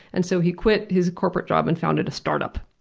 and so he quit his corporate job and founded a start-up.